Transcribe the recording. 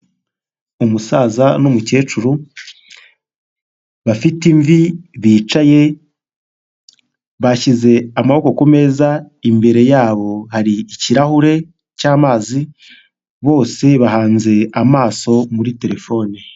Umusaza n'umukecuru, bafite imvi, bicaye bashyize amaboko ku meza imbere yabo hari ikirahure cy'amazi, bose bahanze amaso muri terefone.